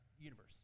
universe